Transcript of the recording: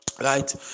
right